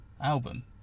Album